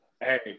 Hey